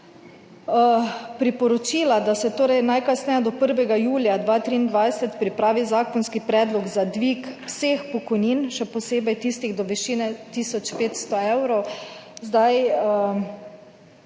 Priporočila, da se torej najkasneje do 1. julija 2023 pripravi zakonski predlog za dvig vseh pokojnin, še posebej tistih do višine tisoč 500 evrov. Zdaj,